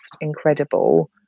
incredible